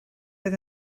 oedd